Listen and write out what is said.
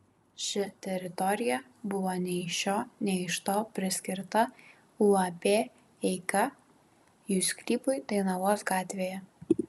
ši teritorija buvo nei iš šio nei iš to priskirta uab eika jų sklypui dainavos gatvėje